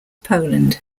poland